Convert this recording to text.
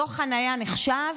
דוח חניה נחשב?